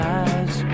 eyes